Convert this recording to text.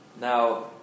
Now